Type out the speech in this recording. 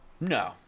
no